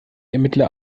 ermittler